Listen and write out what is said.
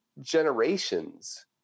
generations